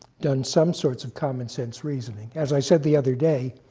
done some sorts of commonsense reasoning. as i said the other day,